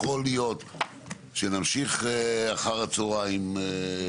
יכול להיות שנמשיך אחר הצהריים.